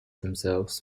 themselves